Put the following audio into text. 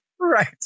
Right